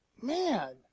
Man